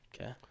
Okay